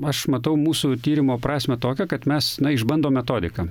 aš matau mūsų tyrimo prasmę tokią kad mes na išbandom metodiką